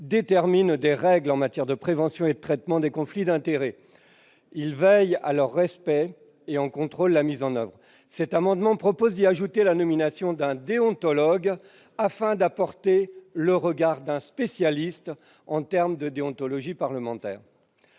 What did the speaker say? détermine des règles en matière de prévention et de traitement des conflits d'intérêts. Il veille à leur respect et en contrôle la mise en oeuvre. » Cet amendement tend à prévoir la nomination d'un déontologue, afin d'apporter le regard d'un spécialiste de la déontologie parlementaire.